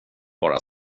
bara